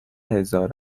هزار